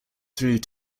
through